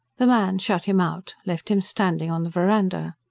the man shut him out, left him standing on the verandah.